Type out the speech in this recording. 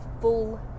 full